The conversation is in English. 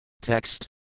Text